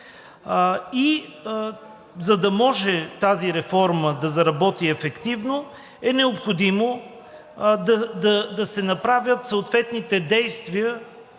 И за да може тази реформа да заработи ефективно, е необходимо да се направят съответните действия